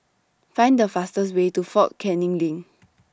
Find The fastest Way to Fort Canning LINK